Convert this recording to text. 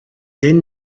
den